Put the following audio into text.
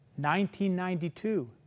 1992